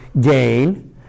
gain